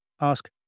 ask